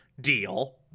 deal